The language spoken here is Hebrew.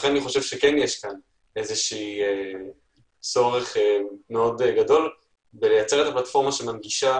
לכן אני חושב שיש טעם וצורך גדול לייצר פלטפורמה שמנגישה